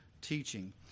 teaching